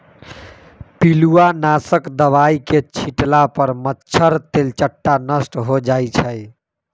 पिलुआ नाशक दवाई के छिट्ला पर मच्छर, तेलट्टा नष्ट हो जाइ छइ